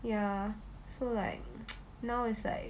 ya so like now it's like